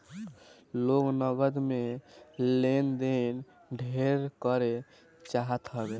लोग नगद में लेन देन ढेर करे चाहत हवे